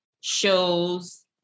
shows